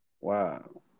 Wow